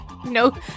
No